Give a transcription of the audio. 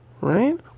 right